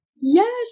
Yes